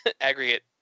aggregate